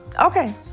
okay